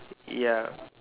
ya